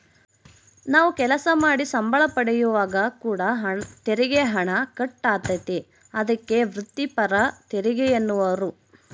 ನಾವು ಕೆಲಸ ಮಾಡಿ ಸಂಬಳ ಪಡೆಯುವಾಗ ಕೂಡ ತೆರಿಗೆ ಹಣ ಕಟ್ ಆತತೆ, ಅದಕ್ಕೆ ವ್ರಿತ್ತಿಪರ ತೆರಿಗೆಯೆನ್ನುವರು